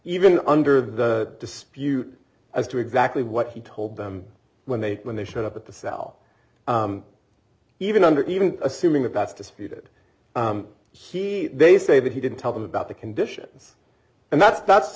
even under the dispute as to exactly what he told them when they when they showed up at the cell even under even assuming that that's disputed he they say that he didn't tell them about the conditions and that's